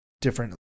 different